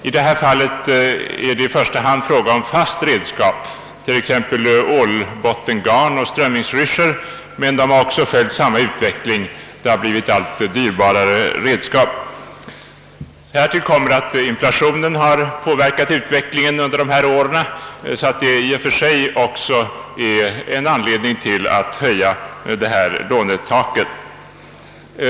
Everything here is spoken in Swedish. I detta fall är det i första hand fråga om fasta redskap, t.ex. ålbottengarn och strömmingsryssjor. De har följt samma utveckling: redskapen har blivit allt dyrare. Därtill kommer att inflationen i och för sig utgör en anledning att höja lånetaket.